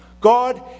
God